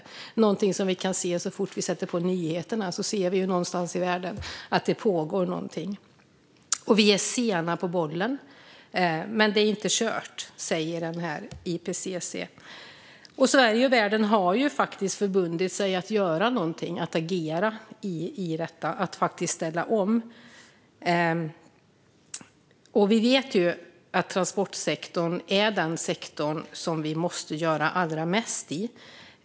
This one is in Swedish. Det är någonting som vi kan se så fort vi sätter på nyheterna. Vi ser att det någonstans i världen pågår någonting. Vi är sena på bollen, men det är inte kört, säger IPCC. Så är det. Världen har förbundit sig att göra någonting, att agera och att ställa om. Vi vet att transportsektorn är den sektor som vi måste göra allra mest i.